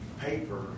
paper